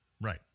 Right